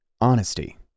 honesty